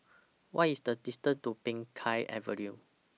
What IS The distance to Peng Kang Avenue